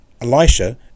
Elisha